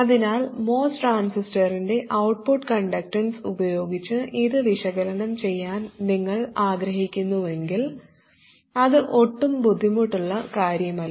അതിനാൽ MOS ട്രാൻസിസ്റ്ററിൻറെ output conductance ഉപയോഗിച്ച് ഇത് വിശകലനം ചെയ്യാൻ നിങ്ങൾ ആഗ്രഹിക്കുന്നുവെങ്കിൽ അത് ഒട്ടും ബുദ്ധിമുട്ടുള്ള കാര്യമല്ല